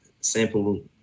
sample